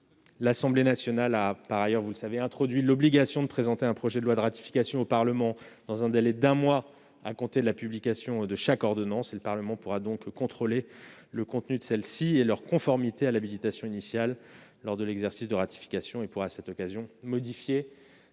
l'Assemblée nationale a introduit l'obligation de présenter un projet de loi de ratification au Parlement dans un délai d'un mois à compter de la publication de chaque ordonnance. Le Parlement pourra donc contrôler le contenu de ces ordonnances et leur conformité à l'habilitation initiale lors de l'exercice de ratification. À cette occasion, il